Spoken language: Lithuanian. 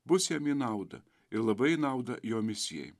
bus jam į naudą ir labai į naudą jo misijai